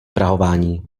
prahování